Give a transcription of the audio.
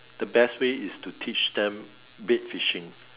the best way is to teach them bait fishing